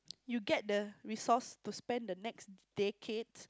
you get the resource to spend the next decade